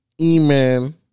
E-Man